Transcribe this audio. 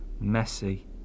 messy